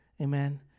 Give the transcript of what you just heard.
Amen